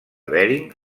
bering